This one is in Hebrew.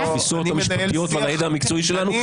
התפיסות המשפטיות ועל הידע המקצועי שלנו,